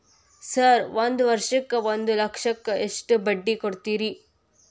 Sir ಒಂದು ವರ್ಷಕ್ಕ ಒಂದು ಲಕ್ಷಕ್ಕ ಎಷ್ಟು ಬಡ್ಡಿ ಕೊಡ್ತೇರಿ?